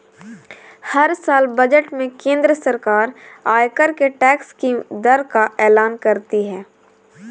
हर साल बजट में केंद्र सरकार आयकर के टैक्स की दर का एलान करती है